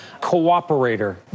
cooperator